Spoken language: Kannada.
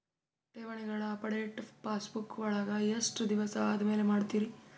ಠೇವಣಿಗಳ ಅಪಡೆಟ ಪಾಸ್ಬುಕ್ ವಳಗ ಎಷ್ಟ ದಿವಸ ಆದಮೇಲೆ ಮಾಡ್ತಿರ್?